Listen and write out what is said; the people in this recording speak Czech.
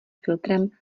filtrem